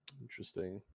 Interesting